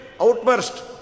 outburst